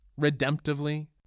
redemptively